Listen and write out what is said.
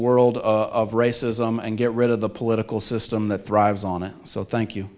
world of racism and get rid of the political system that thrives on it so thank you